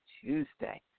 Tuesday